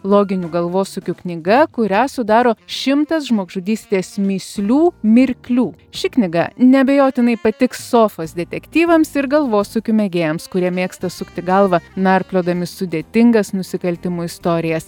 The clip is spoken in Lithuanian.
loginių galvosūkių knyga kurią sudaro šimtas žmogžudystės mįslių mirklių ši knyga neabejotinai patiks sofos detektyvams ir galvosūkių mėgėjams kurie mėgsta sukti galvą narpliodami sudėtingas nusikaltimų istorijas